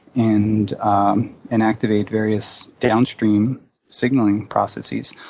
and um and activate various downstream signaling processes,